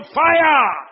fire